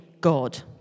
God